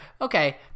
Okay